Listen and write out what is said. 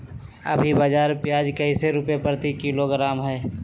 अभी बाजार प्याज कैसे रुपए प्रति किलोग्राम है?